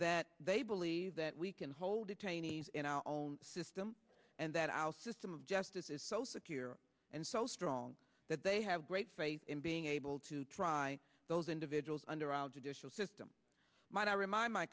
that they believe that we can hold detainees in our own system and that our system of justice is so secure and so strong that they have great faith in being able to try those individuals under our judicial system m